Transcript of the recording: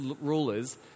rulers